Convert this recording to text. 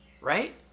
right